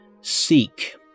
Seek